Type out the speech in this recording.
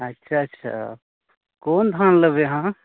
अच्छा अच्छा कोन धान लेबै अहाँ